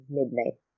midnight